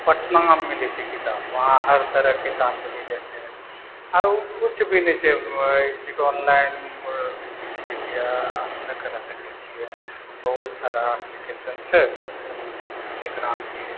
पटना मे मिलै छै किताब उहाँ हर तरह के किताब मिल जाइ छै आरो किछु भी नहि छै जे ऑनलाइन जे छै कि हम करै सकै छियै बहुत सारा एप्लीकेशन छै आब जेकरा मे कि